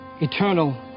eternal